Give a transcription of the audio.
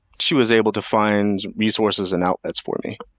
she was able to find resources and outlets for me